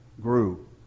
grew